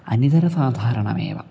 अनितरसाधारणमेव